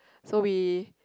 so we